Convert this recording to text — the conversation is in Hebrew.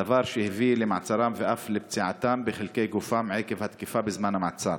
דבר שהביא למעצרם ואף לפציעתם בחלקי גופם עקב התקיפה בזמן המעצר.